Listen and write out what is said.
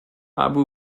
abu